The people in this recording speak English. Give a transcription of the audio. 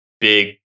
big